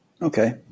Okay